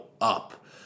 up